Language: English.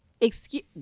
Excuse-